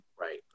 Right